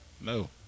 No